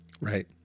Right